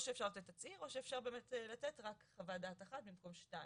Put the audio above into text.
או שאפשר לתת תצהיר או שאפשר באמת לתת רק חוות דעת אחת במקום שתיים,